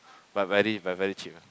but very buy very cheap ah